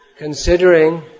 Considering